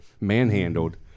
manhandled